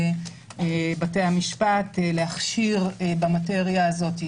לבתי המשפט להכשיר במטריה הזאת.